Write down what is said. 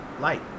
light